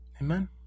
Amen